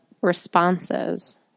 responses